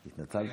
התנצלת?